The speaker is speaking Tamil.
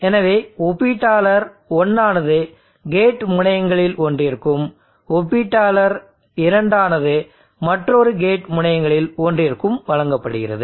எனவே ஒப்பீட்டாளர் 1 ஆனது கேட் முனையங்களில் ஒன்றிற்கும் ஒப்பீட்டாளர் 2 ஆனது மற்றுமொரு கேட் முனையங்களில் ஒன்றிற்கும் வழங்கப்படுகிறது